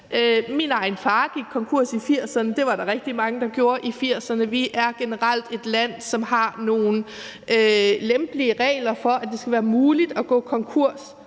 Min egen far gik konkurs i 1980'erne. Det var der rigtig mange der gjorde i 1980'erne. Vi er generelt et land, som har nogle lempelige regler for, at det skal være muligt at gå konkurs,